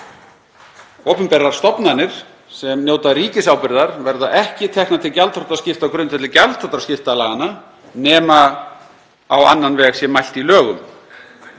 opinberar stofnanir sem njóta ríkisábyrgðar verða ekki teknir til gjaldþrotaskipta á grundvelli gjaldþrotaskiptalaganna nema á annan veg sé mælt í lögum.